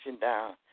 down